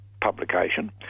publication